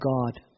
God